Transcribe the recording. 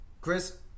Chris